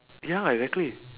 ya exactly